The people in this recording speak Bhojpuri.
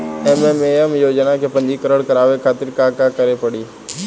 एस.एम.ए.एम योजना में पंजीकरण करावे खातिर का का करे के पड़ी?